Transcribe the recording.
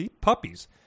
puppies